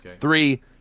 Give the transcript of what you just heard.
three